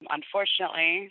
unfortunately